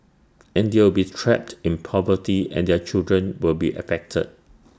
and they will be trapped in poverty and their children will be affected